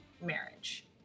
marriage